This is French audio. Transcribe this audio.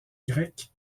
grec